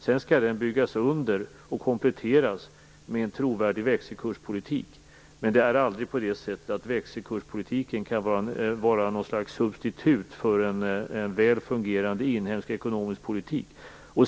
Sedan skall den byggas under och kompletteras med en trovärdig växelkurspolitik. Men växelkurspolitiken kan aldrig vara något slags substitut för en väl fungerande inhemsk ekonomisk politik.